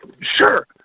sure